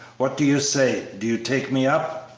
what do you say, do you take me up?